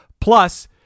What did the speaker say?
Plus